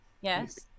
Yes